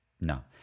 no